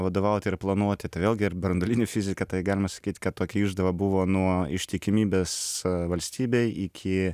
vadovauti ir planuoti tai vėlgi ir branduolinė fizika tai galima sakyt kad tokia išdava buvo nuo ištikimybės valstybei iki